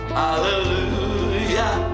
hallelujah